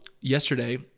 yesterday